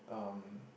um